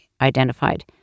identified